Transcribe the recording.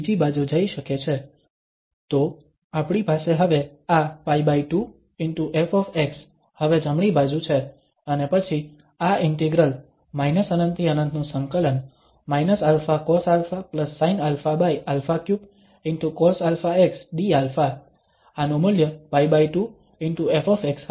તો આપણી પાસે હવે આ π2✕ƒ હવે જમણી બાજુ છે અને પછી આ ઇન્ટિગ્રલ ∞∫∞ −αcosαsinαα3✕cosαx dα આનું મૂલ્ય π2 ✕ ƒ હશે